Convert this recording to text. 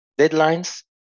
deadlines